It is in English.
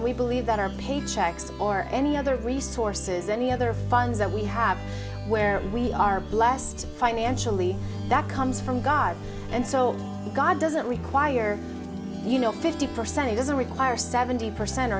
we believe that our paychecks or any other resources or any other funds that we have where we are blessed financially that comes from god and so god doesn't require you know fifty percent it doesn't require seventy percent